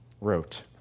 wrote